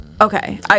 okay